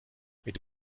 mit